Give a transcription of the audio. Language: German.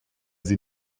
sie